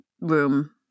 room